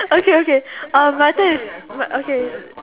okay okay um my turn is my okay